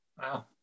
Wow